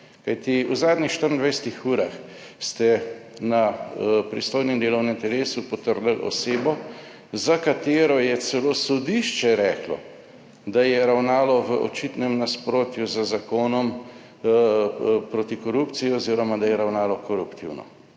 Kajti, v zadnjih 24 h ste na pristojnem delovnem telesu potrdili osebo, za katero je celo sodišče reklo, da je ravnalo v očitnem nasprotju z Zakonom proti korupciji oziroma da je ravnalo koruptivno.